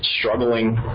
struggling